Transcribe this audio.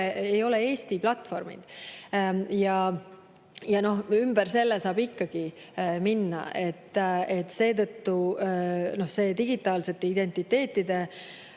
ei ole Eesti platvormid. Ja ümber selle saab ikkagi minna. Seetõttu see digitaalsete identiteetide